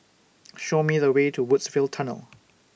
Show Me The Way to Woodsville Tunnel